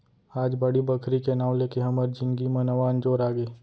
आज बाड़ी बखरी के नांव लेके हमर जिनगी म नवा अंजोर आगे